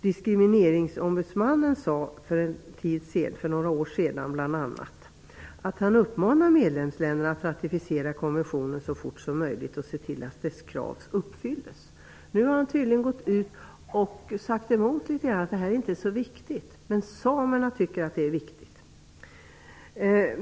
Diskrimineringsombudsmannen sade för några år sedan bl.a. att han uppmanar medlemsländerna att ratificera konventionen så fort som möjligt och se till att dess krav uppfylls. Nu har han tydligen sagt emot detta och sagt att detta inte är så viktigt. Men samerna tycker att det är viktigt.